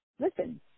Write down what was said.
Listen